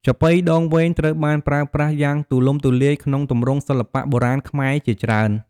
ចាប៉ីដងវែង ត្រូវបានប្រើប្រាស់យ៉ាងទូលំទូលាយក្នុងទម្រង់សិល្បៈបុរាណខ្មែរជាច្រើន។